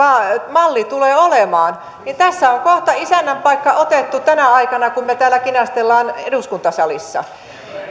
malli tulee olemaan niin tässä on kohta isännän paikka otettu tänä aikana kun me täällä kinastelemme eduskuntasalissa